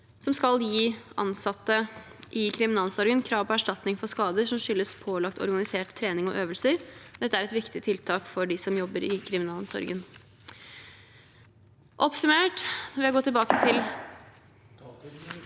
som skal gi ansatte i kriminalomsorgen krav på erstatning for skader som skyldes pålagt organisert trening og øvelser. Dette er et viktig tiltak for de som jobber i kriminalomsorgen. Oppsummert vil jeg gå tilbake til